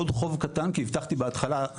עוד חוב קטן כי הבטחתי בהתחלה,